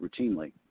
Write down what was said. routinely